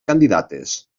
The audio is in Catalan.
candidates